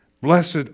Blessed